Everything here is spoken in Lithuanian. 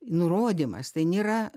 nurodymas tai nėra